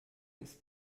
ist